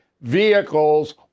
vehicles